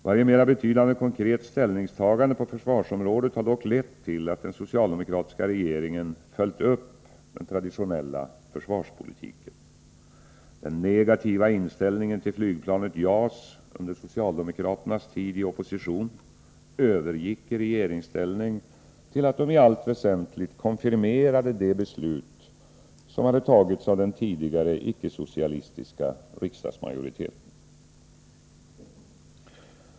Varje mera betydande konkret ställningstagande på försvarsområdet har dock lett till att den socialdemokratiska regeringen följt upp den traditionella försvarspolitiken. Den negativa inställningen till flygplanet JAS under socialdemokraternas tid i opposition övergick i regeringsställning till att socialdemokraterna i allt väsentligt konfirmerade det beslut som hade fattats av den tidigare ickesocialistiska riksdagsmajoriteten.